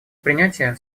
принятие